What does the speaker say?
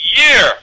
year